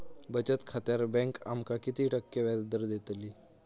बचत खात्यार बँक आमका किती टक्के व्याजदर देतली?